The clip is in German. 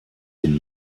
den